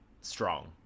strong